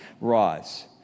rise